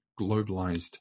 globalized